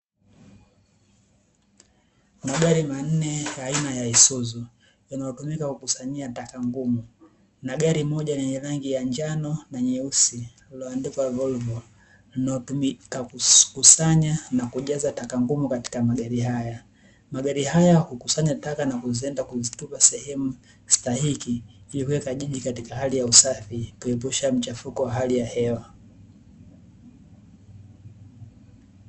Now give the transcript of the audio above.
Magari manne aina ya isuzu yanayotumika kukusanyia taka ngumu, na gari moja lenye rangi ya njano na nyeusi lililoandikwa volvo linalotumika kukusanya na kujaza taka ngumu katika magari haya. Magari haya hukusanya taka na kwenda kuzitupa sehemu stahiki, ilikuweka jiji katika hali ya usafi kuepusha mchafuko wa hali ya hewa.